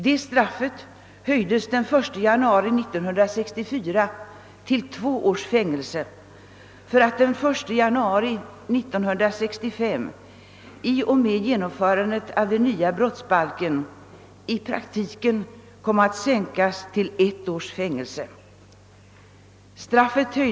Vid det nämnda tillfället höjdes straffet till två års fängelse, men den 1 januari 1965 kom det — i och med genomförandet av den nya brottsbalken — i praktiken att sänkas till ett års fängelse.